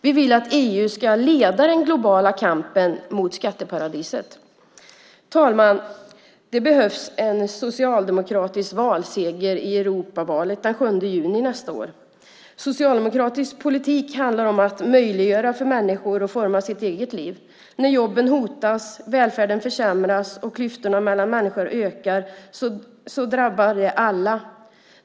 Vi vill att EU ska leda den globala kampen mot skatteparadisen. Herr talman! Det behövs det en socialdemokratisk valseger i Europavalet den 7 juni nästa år. Socialdemokratisk politik handlar alltid om att möjliggöra för människor att forma sitt eget liv. När jobben hotas, välfärden försämras och klyftorna mellan människor ökar drabbar det alla.